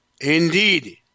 Indeed